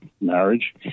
marriage